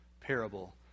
parable